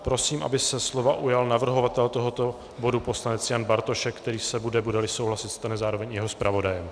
Prosím, aby se slova ujal navrhovatel tohoto bodu poslanec Jan Bartošek, který se, budeli souhlasit, stane zároveň i jeho zpravodajem.